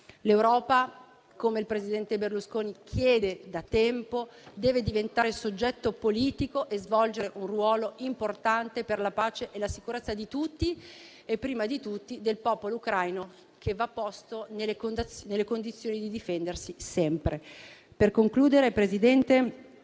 L'Europa, come il presidente Berlusconi chiede da tempo, deve diventare soggetto politico e svolgere un ruolo importante per la pace e la sicurezza di tutti, e prima di tutto del popolo ucraino che va messo in condizione di potersi difendere sempre. Per concludere, Presidente,